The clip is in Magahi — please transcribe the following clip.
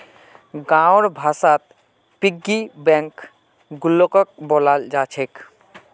गाँउर भाषात पिग्गी बैंकक गुल्लको बोलाल जा छेक